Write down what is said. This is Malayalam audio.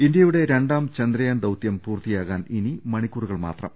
ഇന്തൃയുടെ രണ്ടാം ചന്ദ്രയാൻ ദൌതൃം പൂർത്തിയാകാൻ ഇനു മണിക്കൂറുകൾ മാത്രം